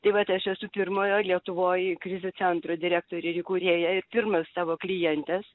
tai vat aš esu pirmojo lietuvoj krizių centro direktorė ir įkūrėja ir pirmas savo klientes